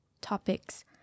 topics